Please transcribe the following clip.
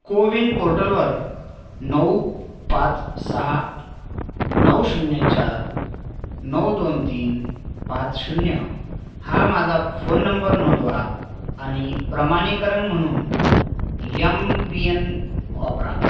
कोविन पोर्टलवर नऊ पाच सहा नऊ शून्य चार नऊ दोन तीन पाच शून्य हा माझा फोन नंबर नोंदवा आणि प्रमाणीकरण म्हणून एम पिन वापरा